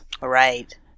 Right